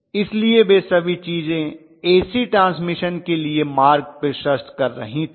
इसलिए वे सभी चीजें एसी ट्रांसमिशन के लिए मार्ग प्रशस्त कर रही थीं